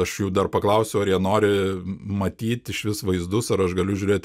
aš jų dar paklausiau ar jie nori matyt išvis vaizdus ar aš galiu žiūrėt